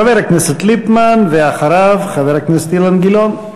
חבר הכנסת ליפמן, ואחריו, חבר הכנסת אילן גילאון.